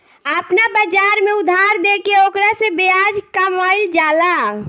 आपना बाजार में उधार देके ओकरा से ब्याज कामईल जाला